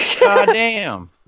Goddamn